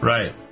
Right